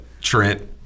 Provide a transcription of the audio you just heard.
Trent